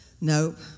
Nope